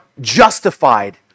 justified